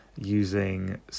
using